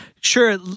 sure